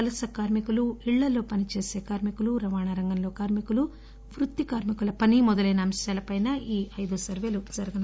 వలస కార్మికులు ఇళ్ళల్లో పనిచేసి కార్మికులు రవాణా రంగంలో కార్మికులు వృత్తి కార్మికుల పని మొదలైన అంశాల పైన ఈ సర్వేలు జరిగాయి